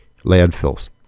landfills